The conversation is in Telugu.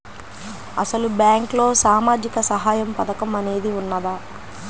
అసలు బ్యాంక్లో సామాజిక సహాయం పథకం అనేది వున్నదా?